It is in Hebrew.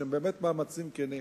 שהם באמת מאמצים כנים,